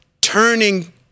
Turning